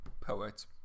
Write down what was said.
poet's